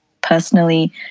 personally